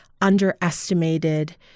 underestimated